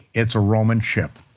it's a roman ship.